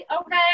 okay